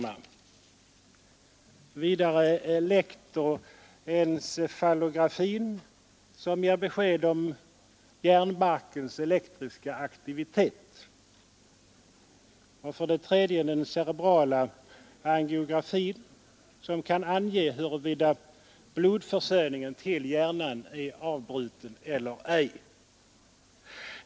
För det andra är det elektroencephalografin, som ger besked om hjärnbarkens elektriska aktivitet. För det tredje är det den cerebrala angiografin, som anger huruvida hjärnans blodförsörjning är avbruten eller ej.